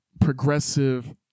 progressive